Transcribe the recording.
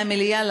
מהמליאה,